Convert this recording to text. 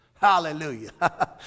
Hallelujah